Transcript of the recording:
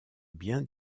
bien